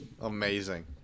Amazing